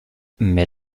mais